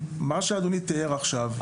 מה שאדוני תיאר עכשיו היה.